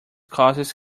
causes